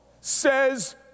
says